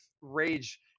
rage